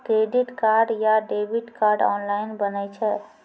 Credit card या debit card online बनै छै?